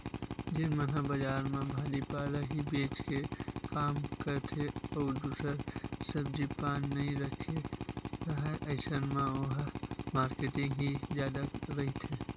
जेन मन ह बजार म भाजी पाला ही बेंच के काम करथे अउ दूसर सब्जी पान नइ रखे राहय अइसन म ओहा मारकेटिंग ही जादा रहिथे